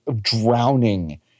drowning